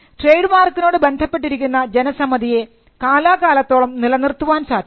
trade മാർക്കിനോട് ബന്ധപ്പെട്ടിരിക്കുന്ന ജനസമ്മതിയെ കാലകാലത്തോളം നിലനിർത്തുവാൻ സാധിക്കും